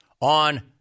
on